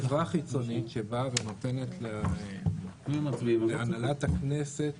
חברה חיצונית שבאה ונותנת להנהלת הכנסת